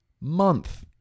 month